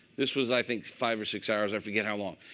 this was i think five or six hours. i forget how long.